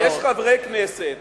יש חברי כנסת